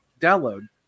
download